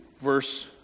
verse